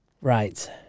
Right